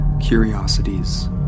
curiosities